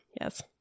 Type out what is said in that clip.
yes